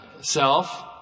self